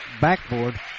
backboard